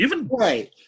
Right